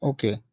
Okay